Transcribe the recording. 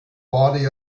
body